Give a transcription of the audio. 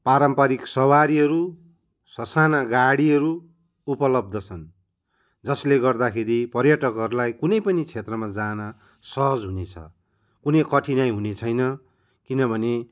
पारम्परिक सवारीहरू ससाना गाडीहरू उपलब्ध छन् जसले गर्दाखेरि पर्यटकहरूलाई कुनै पनि क्षेत्रमा जान सहज हुनेछ कुनै कठिनाइ हुनेछैन किनभने